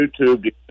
YouTube